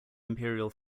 imperial